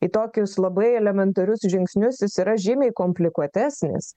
į tokius labai elementarius žingsnius jis yra žymiai komplikuotesnis